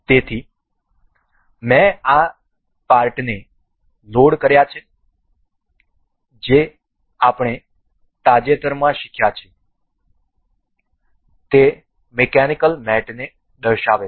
તેથી મેં આ ચોક્કસ પાર્ટને લોડ કર્યા છે જે આપણે તાજેતરમાં શીખ્યા છે તે મિકેનિકલ મેટને દર્શાવશે